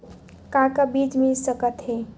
का का बीज मिल सकत हे?